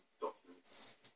documents